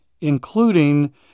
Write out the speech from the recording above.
including